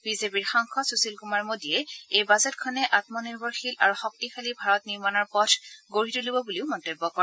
বিজেপিৰ সাংসদ সুশীল কুমাৰ মোদীয়ে এই বাজেটখনে আঘনিৰ্ভৰশীল আৰু শক্তিশালী ভাৰত নিৰ্মণৰ পথ গঢ়ি তুলিব বুলি মন্তব্য কৰে